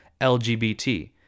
LGBT